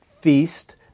feast